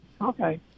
okay